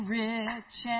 rich